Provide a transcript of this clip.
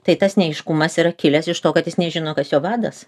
tai tas neaiškumas yra kilęs iš to kad jis nežino kas jo vadas